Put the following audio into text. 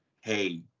Hey